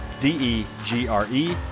D-E-G-R-E